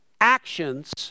actions